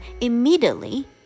immediately